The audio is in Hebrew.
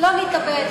לא נתאבד.